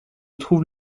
trouve